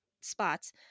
spots